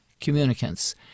communicants